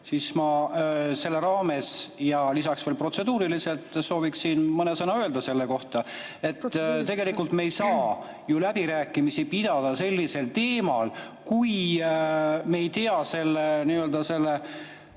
siis ma selle raames ja lisaks veel protseduuriliselt sooviksin mõne sõna öelda selle kohta. Tegelikult me ei saa ju läbirääkimisi pidada sellisel teemal, kui me ei tea selle terviklikku